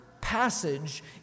passage